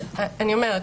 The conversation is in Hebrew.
אז אני אומרת,